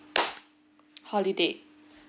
holiday